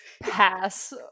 pass